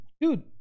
dude